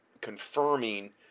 confirming